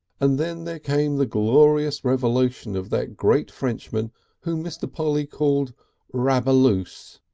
and then then came the glorious revelation of that great frenchman whom mr. polly called rabooloose.